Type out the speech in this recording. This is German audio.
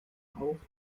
auch